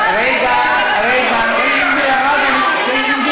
רגע, רגע, אם זה ירד, אני ארד,